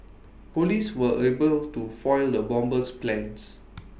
Police were able to foil the bomber's plans